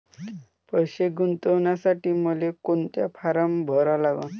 पैसे गुंतवासाठी मले कोंता फारम भरा लागन?